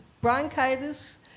bronchitis